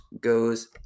goes